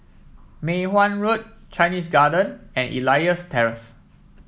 Mei Hwan Road Chinese Garden and Elias Terrace